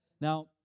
Now